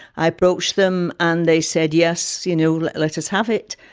i approached them and they said, yes, you know let let us have it.